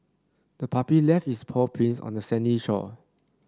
the puppy left is paw prints on the sandy shore